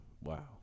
Wow